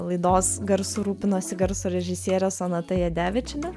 laidos garsu rūpinosi garso režisierė sonata jadevičienė